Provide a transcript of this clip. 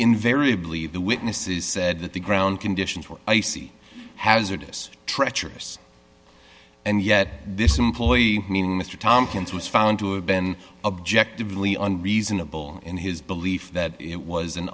invariably the witnesses said that the ground conditions were icy hazardous treacherous and yet this employee meaning mr tompkins was found to have been objectively on reasonable in his belief that it was an